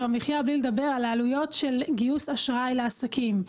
המחיה בלי לדבר על העלויות של גיוס אשראי לעסקים.